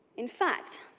in fact,